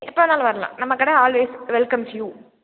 எப்போ வேண்ணாலும் வரலாம் நம்ம கடை ஆல்வேஸ் வெல்கம்ஸ் யூ